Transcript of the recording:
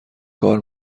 کار